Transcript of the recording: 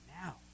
now